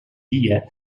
dia